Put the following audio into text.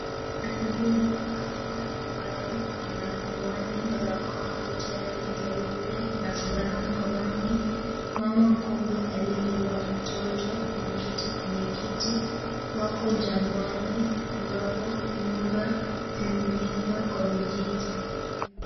Mhudumu wa afya, ambaye ana, miwani, barakoa, koti ya rangi nyeupe, na sindano mkononi, mama mkongwe aliyebeba mtoto, ameketi kwenye kiti, wako jangwani, ambapo, nyumba, zimejengwa kwa vijiti.